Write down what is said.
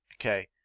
Okay